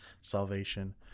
salvation